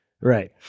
Right